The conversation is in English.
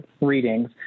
readings